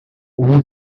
uhuza